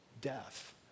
death